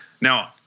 Now